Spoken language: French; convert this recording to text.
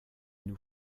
nous